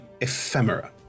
ephemera